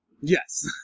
Yes